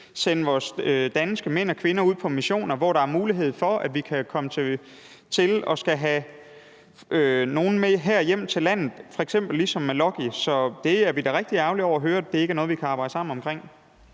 sende vores danske mænd og kvinder ud på missioner, hvor der er mulighed for, at vi kan komme til at skulle have nogen med hjem til landet, f.eks. ligesom med Lucky. Så det er vi da rigtig ærgerlige over at høre at vi ikke kan arbejde sammen om.